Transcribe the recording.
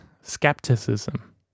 skepticism